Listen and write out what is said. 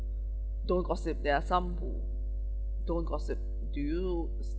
don't gossip there are some who don't gossip do you